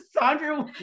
Sandra